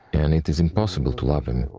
and it is impossible to love him.